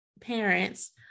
parents